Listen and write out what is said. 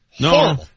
No